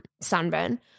sunburn